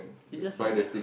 it's just Nove~